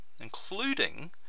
including